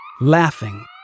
laughing